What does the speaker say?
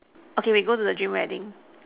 okay we go to the gym wedding